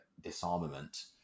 disarmament